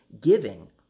giving